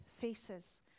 faces